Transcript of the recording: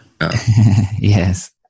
yes